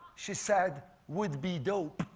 she said would be dope.